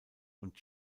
und